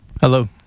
Hello